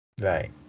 Right